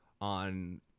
on